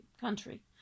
Country